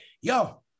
Yo